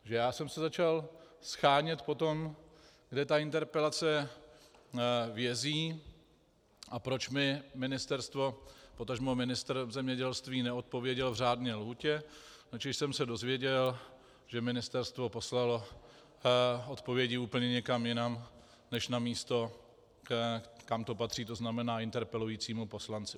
Takže já jsem se začal shánět po tom, kde ta interpelace vězí a proč mi ministerstvo, potažmo ministr zemědělství neodpověděl v řádné lhůtě, načež jsem se dozvěděl, že ministerstvo poslalo odpovědi úplně někam jinam než na místo, kam to patří, to znamená interpelujícímu poslanci.